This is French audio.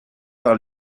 par